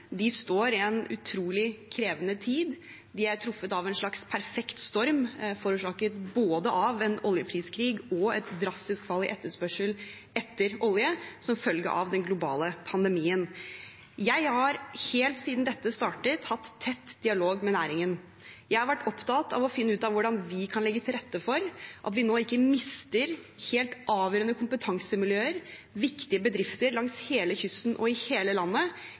De står i en utrolig krevende tid. De er truffet av en slags perfekt storm forårsaket av både en oljepriskrig og et drastisk fall i etterspørselen etter olje som følge av den globale pandemien. Jeg har helt siden dette startet, hatt tett dialog med næringen. Jeg har vært opptatt av å finne ut hvordan vi kan legge til rette for at vi ikke mister helt avgjørende kompetansemiljøer og viktige bedrifter langs hele kysten og i hele landet